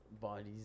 Bodies